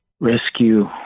rescue